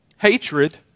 Hatred